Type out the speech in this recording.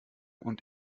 und